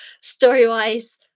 story-wise